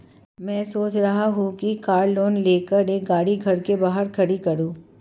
मैं सोच रहा हूँ कि कार लोन लेकर एक गाड़ी घर के बाहर खड़ी करूँ